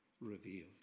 revealed